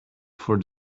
for